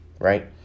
right